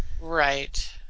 Right